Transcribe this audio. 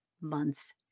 month's